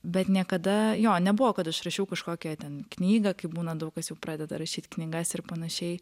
bet niekada jo nebuvo kad aš rašiau kažkokią ten knygą kaip būna daug kas jau pradeda rašyt knygas ir panašiai